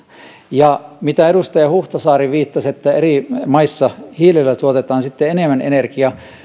ja kun edustaja huhtasaari viittasi että eri maissa hiilellä tuotetaan sitten enemmän energiaa